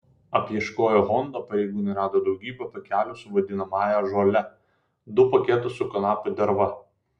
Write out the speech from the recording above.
apieškoję honda pareigūnai rado daugybę pakelių su vadinamąją žole du paketus su kanapių derva